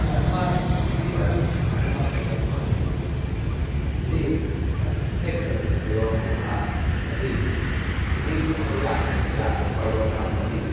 अस्माकं जीवनम् अधः पतितं भवति यदि स सम्यक् तद् उपयोगं कुर्मः तर्हि समीचीनतया तस्य उपयोगः भवति